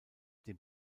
dem